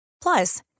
Plus